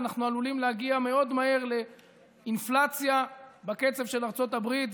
ואנחנו עלולים להגיע מאוד מהר לאינפלציה בקצב של ארצות הברית,